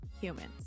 humans